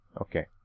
okay